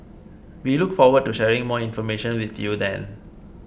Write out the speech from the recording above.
we look forward to sharing more information with you then